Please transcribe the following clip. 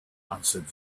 answered